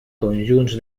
conjunts